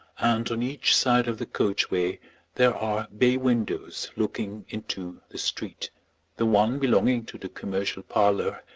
and on each side of the coach way there are bay windows looking into the street the one belonging to the commercial parlour,